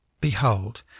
Behold